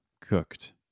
cooked